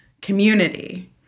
community